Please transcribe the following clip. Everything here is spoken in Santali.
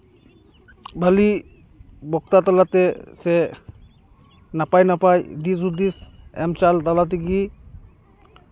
ᱵᱷᱟᱹᱞᱤ ᱵᱚᱠᱛᱟ ᱛᱟᱞᱟᱛᱮ ᱥᱮ ᱱᱟᱯᱟᱭ ᱱᱟᱯᱟᱭ ᱫᱤᱥ ᱦᱩᱫᱤᱥ ᱮᱢ ᱪᱟᱞ ᱛᱟᱞᱟ ᱛᱮᱜᱮ